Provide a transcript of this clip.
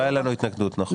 לא הייתה לנו התנגדות, נכון?